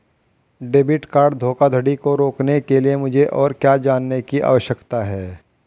Debit card धोखाधड़ी को रोकने के लिए मुझे और क्या जानने की आवश्यकता है?